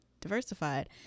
diversified